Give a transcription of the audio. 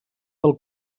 del